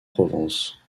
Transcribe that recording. provence